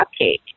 Cupcake